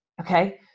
okay